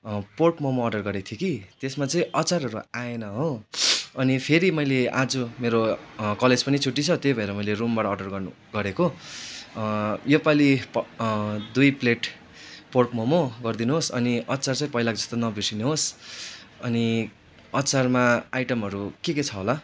pork momo order गरेको थिएँ कि त्यसमा चाहिँ अचारहरू आएन हो अनि फेरि मैले आज मेरो कलेज पनि छुट्टी छ त्यही भएर मैले रुमबाट अर्डर गर्नु गरेको योपालि दुई प्लेट पोर्क मोमो गरिदिनुहोस् अनि अचार चाहिँ पहिलाको जस्तो नबिर्सिनुहोस् अनि अचारमा आइटमहरू के के छ होला